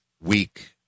weak